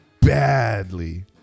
badly